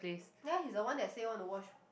ya he's the one that say want to watch